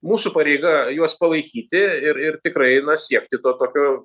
mūsų pareiga juos palaikyti ir ir tikrai na siekti to tokio